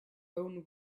own